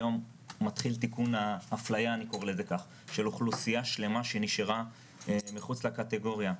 היום מתחיל תיקון האפליה של אוכלוסייה שלמה שנשארה מחוץ לקטגוריה,